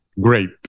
Great